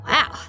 Wow